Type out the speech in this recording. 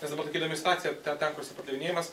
nes dabar tokia įdomi situacija ten kur jisai pardavinėjamas